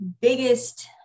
biggest